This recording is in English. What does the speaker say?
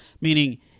Meaning